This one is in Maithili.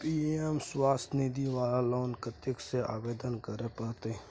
पी.एम स्वनिधि वाला लोन कत्ते से आवेदन करे परतै?